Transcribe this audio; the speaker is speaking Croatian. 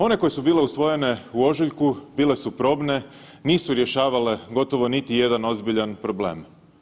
One koje su bile usvojene u ožujku bile su probne, nisu rješavale gotovo niti jedan ozbiljan problem.